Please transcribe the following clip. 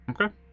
okay